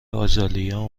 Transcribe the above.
آزالیا